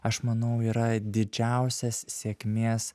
aš manau yra didžiausias sėkmės